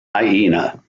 hyena